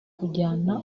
kujyana